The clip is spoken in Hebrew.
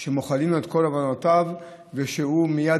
כמובן שמוחלים לו את כל עוונותיו ושהוא מייד